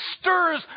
stirs